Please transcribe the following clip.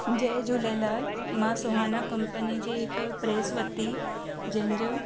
जय झूलेलाल मां सुहाना कंपनी जी हिकु प्रेस वरिती जंहिंजो